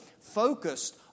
focused